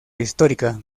histórica